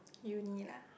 uni lah